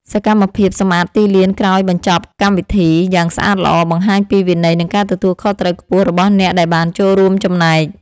សកម្មភាពសម្អាតទីលានក្រោយបញ្ចប់កម្មវិធីយ៉ាងស្អាតល្អ បង្ហាញពីវិន័យ និងការទទួលខុសត្រូវខ្ពស់របស់អ្នកដែលបានចូលរួមចំណែក។